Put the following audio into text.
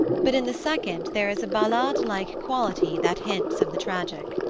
but in the second there is a ballade-like quality that hints of the tragic.